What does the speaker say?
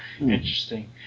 Interesting